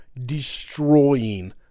destroying